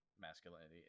masculinity